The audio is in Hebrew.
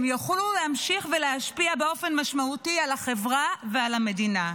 להמשיך ולהשפיע באופן משמעותי על החברה ועל המדינה.